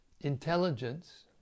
Intelligence